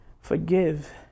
forgive